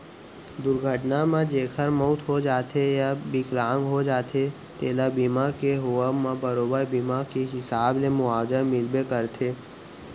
दुरघटना म जेकर मउत हो जाथे या बिकलांग हो जाथें तेला बीमा के होवब म बरोबर बीमा के हिसाब ले मुवाजा मिलबे करथे